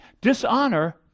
Dishonor